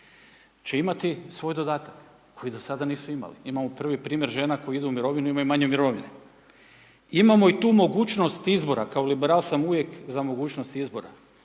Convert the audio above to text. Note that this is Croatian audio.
će imati svoj dodatak koji do sada nisu imali. Imamo prvi primjer žena koji idu u mirovinu a imaju manje mirovine. Imamo i tu mogućnost izbora, kao liberal sam uvijek za mogućnost izbora